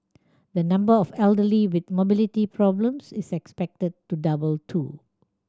the number of elderly with mobility problems is expected to double too